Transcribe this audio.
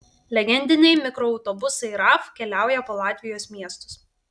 legendiniai mikroautobusai raf keliauja po latvijos miestus